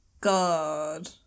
God